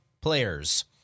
players